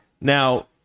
Now